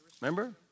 Remember